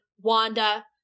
Wanda